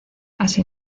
así